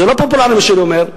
זה לא פופולרי, מה שאני אומר,